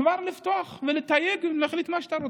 כבר לתייג ולהחליט מה שאתה רוצה,